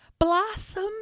Blossom